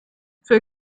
für